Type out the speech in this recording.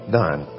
done